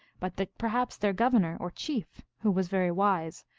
but that perhaps their governor, or chief, who was very wise,